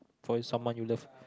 for someone you love